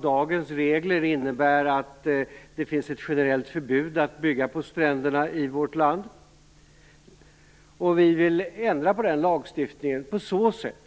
Dagens regler innebär att det finns ett generellt förbud mot att bygga på stränderna i vårt land. Vi vill ändra på den lagstiftningen, på så sätt